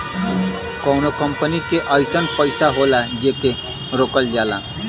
कउनो कंपनी के अइसन पइसा होला जेके रोकल जाला